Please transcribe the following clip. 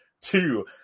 two